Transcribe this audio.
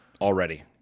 Already